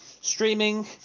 streaming